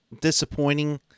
disappointing